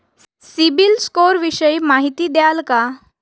CIBIL score विषयी माहिती द्याल का?